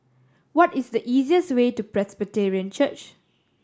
what is the easiest way to Presbyterian Church